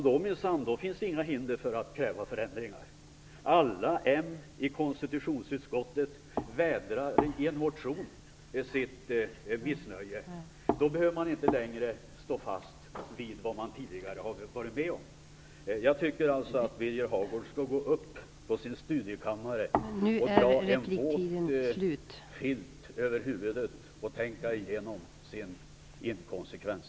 Då finns det minsann inga hinder för att kräva förändringar. Alla moderater i konstitutionsutskottet vädrar i en motion sitt missnöje. Då behöver man tydligen inte längre stå fast vid beslut som man tidigare varit med om att fatta. Jag tycker alltså att Birger Hagård skall gå upp på sin studiekammare, dra en våt filt över huvudet och tänka igenom sin inkonsekvens.